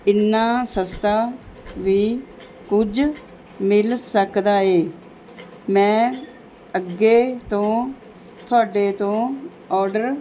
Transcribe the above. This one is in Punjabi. ਇੰਨਾ ਸਸਤਾ ਵੀ ਕੁਝ ਮਿਲ ਸਕਦਾ ਏ ਮੈਂ ਅੱਗੇ ਤੋਂ ਤੁਹਾਡੇ ਤੋਂ ਔਡਰ